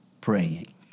praying